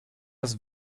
das